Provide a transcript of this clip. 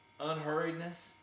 unhurriedness